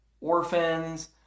Orphans